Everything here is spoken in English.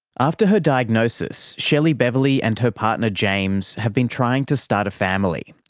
after her diagnosis, shelley beverley and her partner james have been trying to start a family,